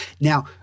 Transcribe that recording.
Now